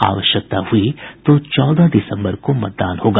आवश्यकता हुई तो चौदह दिसम्बर को मतदान होगा